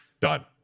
done